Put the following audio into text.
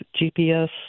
GPS